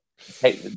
hey